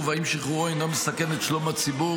ואם שחרורו אינו מסכן את שלום הציבור,